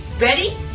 Ready